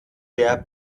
der